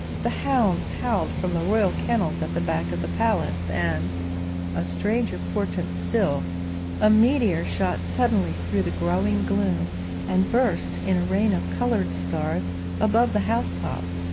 the hounds howled from the royal kennels at the back of the palace, and a stranger portent still a meteor shot suddenly through the growing gloom and burst in a rain of coloured stars above the house-top,